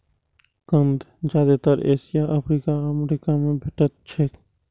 कंद जादेतर Asia, Africa आ अमेरिका मे भेटैत छैक